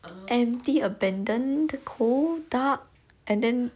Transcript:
empty abandoned cold dark and then